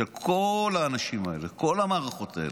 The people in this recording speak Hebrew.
כל האנשים האלה, כל המערכות האלה,